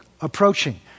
approaching